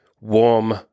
warm